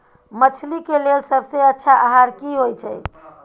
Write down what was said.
मछली के लेल सबसे अच्छा आहार की होय छै?